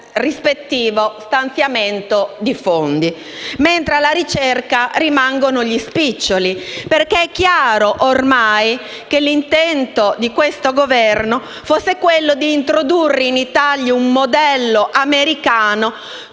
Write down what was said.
rispettivo stanziamento di fondi, mentre alla ricerca rimangono gli spiccioli. È infatti chiaro, ormai, che l'intento di questo Governo fosse quello di introdurre in Italia il modello americano